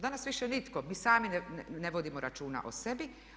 Danas više nitko, mi sami ne vodimo računa o sebi.